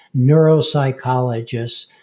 neuropsychologists